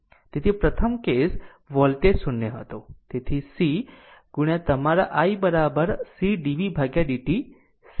તેથી પ્રથમ case voltage 0 હતો તેથી સી તમારા i C dvdt C 0